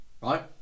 Right